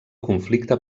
conflicte